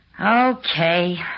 Okay